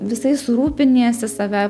visais rūpiniesi save